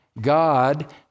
God